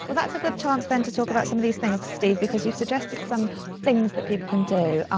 but that's a good chance, then, to talk about some of these things, steve, because you suggested some things that people can do.